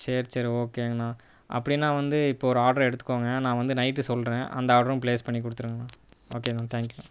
சரி சரி ஓகேங்கணா அப்படின்னா வந்து இப்போது ஒரு ஆர்டரை எடுத்துக்கோங்க நான் வந்து நைட்டு சொல்கிறேன் அந்த ஆர்டரும் ப்ளேஸ் பண்ணி குடுத்துருங்கண்ணா ஓகேண்ணா தேங்க் யூ